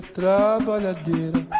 trabalhadeira